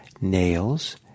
nails